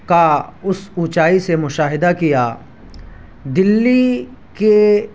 کا اس اونچائی سے مشاہدہ کیا دلّی کے